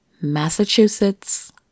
Massachusetts